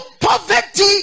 poverty